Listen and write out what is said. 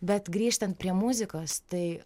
bet grįžtant prie muzikos tai